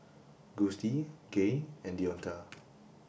Gustie Gaye and Deonta